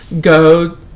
go